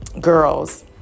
girls